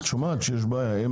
את שומעת שיש בעיה,